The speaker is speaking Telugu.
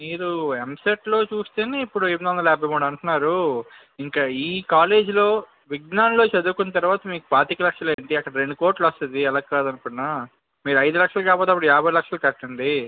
మీరు ఎంసెట్లో చూస్తేనే ఇప్పుడు ఎనిమిది వందలు యాభై మూడు అంటున్నారు ఇంక ఈ కాలేజీలో విజ్ఞాన్లో చదువుకున్న తర్వాత మీకు పాతిక లక్షలు ఏంటి రెండు కోట్లు వస్తుంది ఎలా కాదనుకున్నా మీరు ఐదు లక్షలు కాకపోతే అప్పుడు యాభై లక్షలు కట్టండి